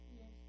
Yes